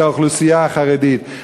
את האוכלוסייה החרדית.